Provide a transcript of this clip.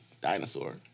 dinosaur